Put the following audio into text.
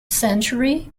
century